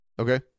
Okay